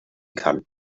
kann